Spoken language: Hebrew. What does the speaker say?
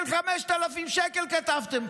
קנס של 5,000 שקל כתבתם.